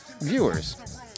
viewers